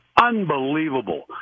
Unbelievable